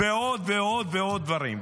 ועוד ועוד דברים.